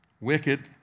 wicked